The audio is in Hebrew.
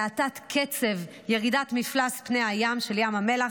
להאטת קצב ירידת מפלס מי הים של ים המלח.